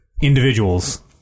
individuals